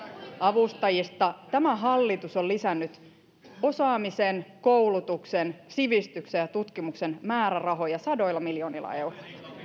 avustajista tämä hallitus on lisännyt osaamisen koulutuksen sivistyksen ja tutkimuksen määrärahoja sadoilla miljoonilla euroilla